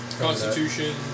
Constitution